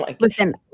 listen